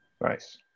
Nice